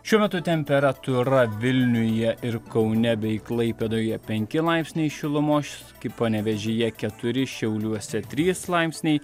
šiuo metu temperatūra vilniuje ir kaune bei klaipėdoje penki laipsniai šilumos panevėžyje keturi šiauliuose trys laipsniai